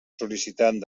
sol·licitant